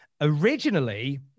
originally